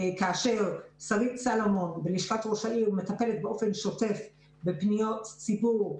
כאשר שרית סלומון בלשכת ראש העיר מטפלת באופן שוטף בפניות ציבור,